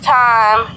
time